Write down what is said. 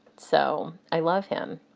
so i love him.